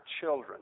children